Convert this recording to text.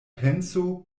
penso